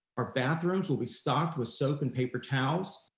our bathrooms will be stocked with soap and paper towels.